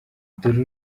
dore